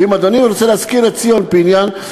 ואם אדוני רוצה להזכיר את ציון פיניאן,